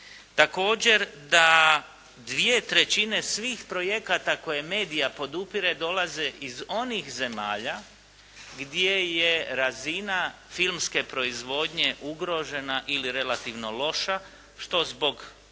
Također da dvije trećine svih projekta koje Media podupire dolaze iz onih zemalja gdje je razina filmske proizvodnje ugrožena ili relativno loša, što zbog